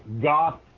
goth